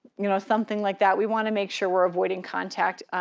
you know something like that. we wanna make sure we're avoiding contact,